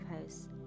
house